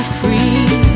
free